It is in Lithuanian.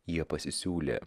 jie pasisiūlė